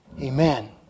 Amen